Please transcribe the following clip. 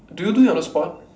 do you do it on the spot